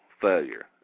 failure